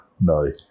No